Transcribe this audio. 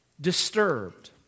disturbed